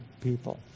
people